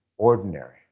ordinary